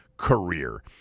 career